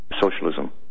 socialism